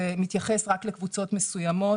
זה מתייחס רק לקבוצות מסוימות.